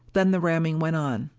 then the ramming went on.